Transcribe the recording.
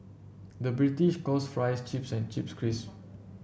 the British calls fries chips and chips cris